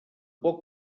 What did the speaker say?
poc